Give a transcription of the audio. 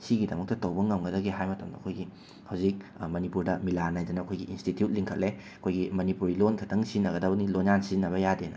ꯁꯤꯒꯤꯗꯃꯛꯇ ꯇꯧꯕ ꯉꯝꯒꯗꯒꯦ ꯍꯥꯏꯕ ꯃꯇꯝꯗ ꯑꯩꯈꯣꯏꯒꯤ ꯍꯧꯖꯤꯛ ꯃꯅꯤꯄꯨꯔꯗ ꯃꯤꯂꯥꯟ ꯍꯥꯏꯗꯅ ꯑꯩꯈꯣꯏꯒꯤ ꯏꯟꯁꯇꯤꯇ꯭ꯌꯨꯠ ꯂꯤꯡꯈꯠꯂꯦ ꯑꯩꯈꯣꯏꯒꯤ ꯃꯅꯤꯄꯨꯔꯤ ꯂꯣꯟ ꯈꯛꯇꯪ ꯁꯤꯖꯤꯟꯅꯒꯗꯕꯅꯤ ꯂꯣꯟꯌꯥꯟ ꯁꯤꯖꯤꯟꯅꯕ ꯌꯥꯗꯦꯅ